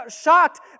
shocked